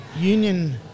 union